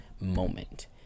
moment